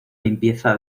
limpieza